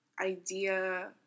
idea